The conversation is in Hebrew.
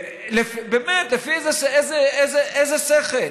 באמת, לפי איזה שכל,